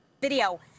video